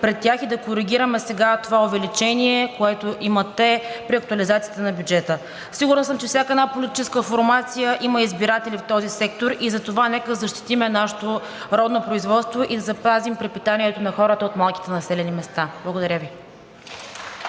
пред тях и да коригираме сега това увеличение, което имат те, при актуализацията на бюджета. Сигурна съм, че всяка една политическа формация има избиратели в този сектор. Затова нека да защитим нашето родно производство и да запазим препитанието на хората от малките населени места. Благодаря Ви.